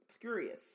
Curious